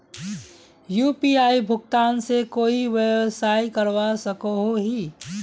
UPI भुगतान से कोई व्यवसाय करवा सकोहो ही?